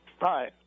Hi